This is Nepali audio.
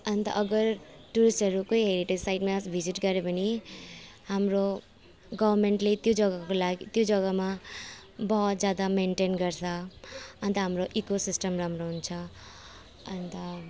अन्त अगर टुरिस्टहरू कोही हेरिटेज साइटमा भिजिट गऱ्यो भने हाम्रो गभर्मेन्टले त्यो जग्गाको लागि त्यो जग्गामा बहुत ज्यादा मेन्टेन गर्छ अन्त हाम्रो इकोसिस्टम राम्रो हुन्छ अन्त